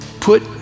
Put